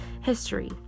history